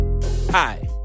Hi